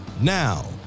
Now